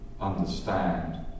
understand